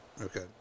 Okay